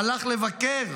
הלך לבקר